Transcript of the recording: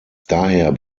daher